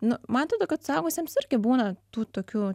nu matote kad suaugusiems irgi būna tų tokių